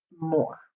more